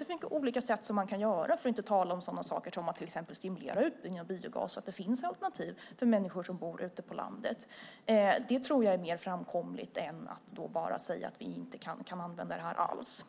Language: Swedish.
Det finns olika sätt man kan göra det på, för att inte tala om sådana saker som att till exempel stimulera utbyggnad av biogas så att det finns alternativ för människor som bor ute på landet. Det tror jag är mer framkomligt än att bara säga att vi inte kan använda det alls.